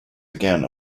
again